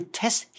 test